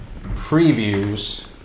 Previews